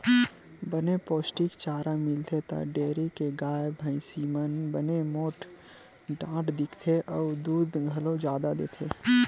बने पोस्टिक चारा मिलथे त डेयरी के गाय, भइसी मन बने मोठ डांठ दिखथे अउ दूद घलो जादा देथे